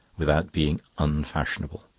without being unfashionable,